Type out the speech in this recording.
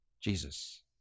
Jesus